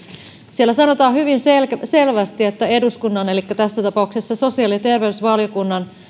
siellä sanotaan hyvin selvästi että eduskunnan elikkä tässä tapauksessa sosiaali ja terveysvaliokunnan